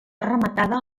rematada